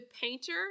painter